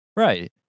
right